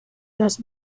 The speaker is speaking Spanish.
las